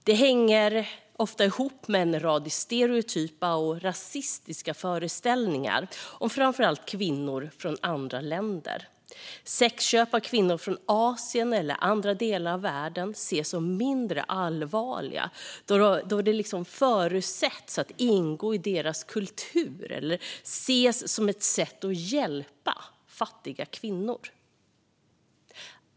Detta hänger ofta ihop med en rad stereotypa och rasistiska föreställningar om framför allt kvinnor från andra länder. Sexköp av kvinnor från Asien eller andra delar av världen ses som mindre allvarligt, då det förutsätts att ingå i deras kultur eller ses som ett sätt att hjälpa fattiga kvinnor.